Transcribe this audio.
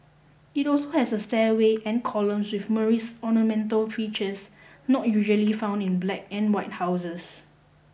it also has a stairway and columns with Moorish ornamental features not usually found in black and white houses